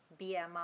BMI